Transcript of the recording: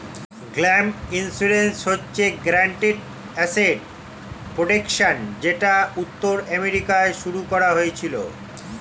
gap insurance হচ্ছে guaranteed asset protection যেটা উত্তর আমেরিকায় শুরু করা হয়েছিল